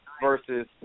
versus